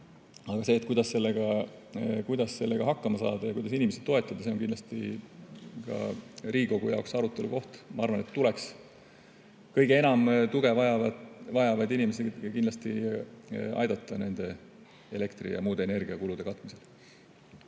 Aga see, kuidas sellega hakkama saada ja kuidas inimesi toetada, on kindlasti ka Riigikogu jaoks arutelu koht. Ma arvan, et kindlasti tuleks kõige enam tuge vajavaid inimesi nende elektri- ja muude energiakulude katmisel